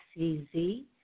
cz